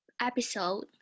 episode